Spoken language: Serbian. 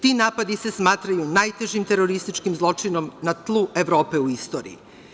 Ti napadi se smatraju najtežim terorističkim zločinom na tlu Evrope u istoriji.